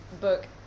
book